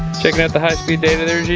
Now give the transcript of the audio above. checking out the high speed data there